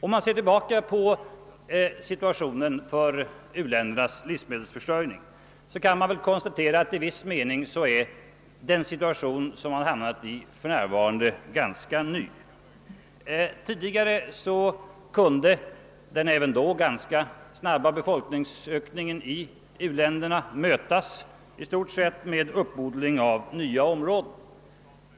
Om man ser tillbaka på situationen i fråga om u-ländernas livsmedelsförsörjning kan man väl konstatera, att i viss mening är den situation, som man har hamnat i för närvarande, ganska ny. Tidigare kunde den även då ganska snab ba befolkningsökningen i u-länderna mötas i stort sett med uppodling av nya områden.